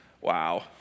Wow